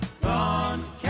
gone